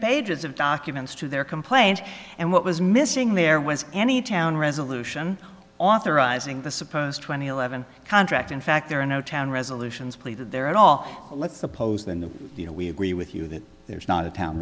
pages of documents to their complaint and what was missing there was any town resolution authorizing the supposed twenty eleven contract in fact there are no town resolutions pleated there at all let's suppose then that you know we agree with you that there's not a town